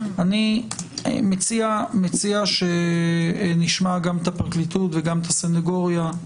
אני מציע שנשמע גם את הפרקליטות וגם את הסנגוריה,